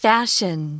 Fashion